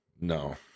No